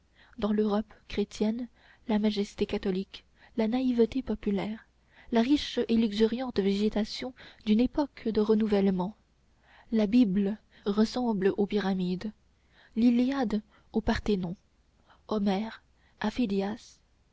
dans l'europe chrétienne la majesté catholique la naïveté populaire la riche et luxuriante végétation d'une époque de renouvellement la bible ressemble aux pyramides l'iliade au parthénon homère à phidias